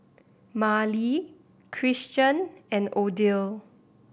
Marley Christion and Odile